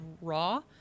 raw